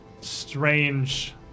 strange